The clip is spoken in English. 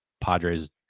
padres